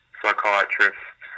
psychiatrist